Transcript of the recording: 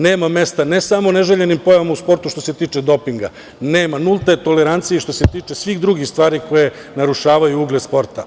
Nema mesta ne samo neželjenim pojavama u sportu, što se tiče dopinga, nema, nulta je tolerancija i što se tiče svih drugih stvari koje narušavaju ugled sporta.